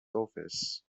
office